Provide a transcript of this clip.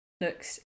looks